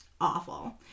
Awful